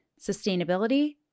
sustainability